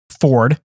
Ford